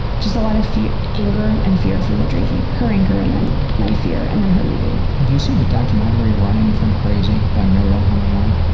just a lot of anger and fear from the drinking, her anger and then my fear and then her leaving. have you seen the documentary running from crazy by mariel hemingway?